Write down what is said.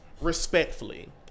Respectfully